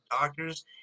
Doctors